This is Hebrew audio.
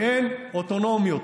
ואין אוטונומיות.